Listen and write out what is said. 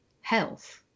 health